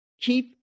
keep